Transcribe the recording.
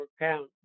account